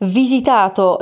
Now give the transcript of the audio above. visitato